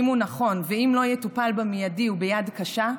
אם הוא נכון ואם לא יטופל במיידי וביד קשה,